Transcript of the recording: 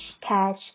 catch